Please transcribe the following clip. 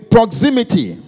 Proximity